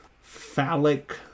phallic